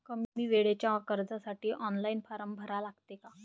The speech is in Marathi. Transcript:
कमी वेळेच्या कर्जासाठी ऑनलाईन फारम भरा लागते का?